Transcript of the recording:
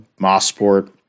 Mossport